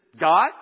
God